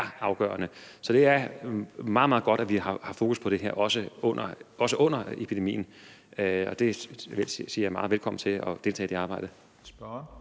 afgørende, så det er meget, meget godt, at vi har fokus på det her, også under epidemien, og jeg hilser det meget velkommen, hvis man vil deltage i det arbejde.